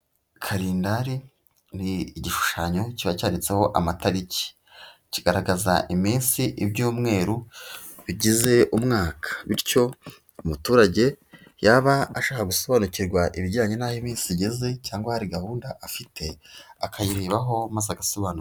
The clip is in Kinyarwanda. Karindainndari ni igishushanyo kiba cyanditseho amatariki, kigaragaza iminsi ibyumweru bigize umwaka bityo umuturage yaba ashaka gusobanukirwa ibijyanye n'aho iminsi igeze cyangwa hari gahunda afite, akayirebaho maze agasobanukirwa.